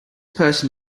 person